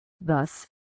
Thus